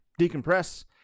decompress